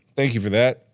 thank you for that.